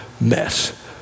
mess